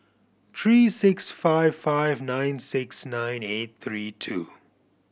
three six five five nine six nine eight three two